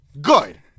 Good